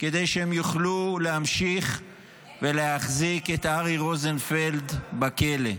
כדי שהם יוכלו להמשיך ולהחזיק את ארי רוזנפלד בכלא.